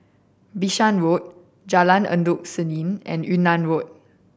Bishan Road Jalan Endut Senin and Yunnan Road